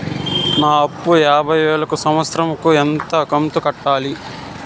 నా అప్పు యాభై వేలు కు సంవత్సరం కు ఎంత కంతు కట్టాలి?